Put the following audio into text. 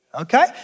Okay